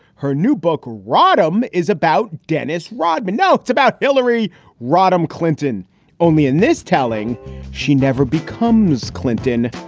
her new book, rodham, is about dennis rodman. now it's about hillary rodham clinton only in this telling she never becomes clinton,